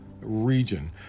Region